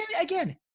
again